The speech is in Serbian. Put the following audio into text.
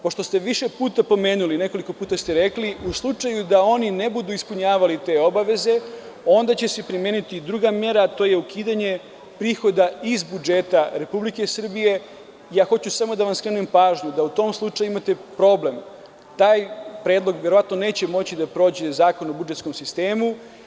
Pošto ste više puta pomenuli, nekoliko puta ste rekli da u slučaju da oni ne budu ispunjavali te obaveze, onda će se primeniti druga mera, a to je ukidanje prihoda iz budžeta Republike Srbije, ja hoću samo da vam skrenem pažnju da u tom slučaju imate problem, taj predlog verovatno neće moći da prođe Zakon o budžetskom sistemu.